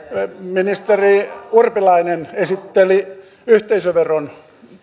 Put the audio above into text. ministeri urpilainen esitteli yhteisöveron